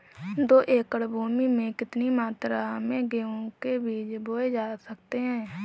दो एकड़ भूमि में कितनी मात्रा में गेहूँ के बीज बोये जा सकते हैं?